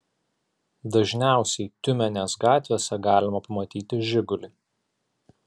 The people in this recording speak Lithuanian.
dažniausiai tiumenės gatvėse galima pamatyti žigulį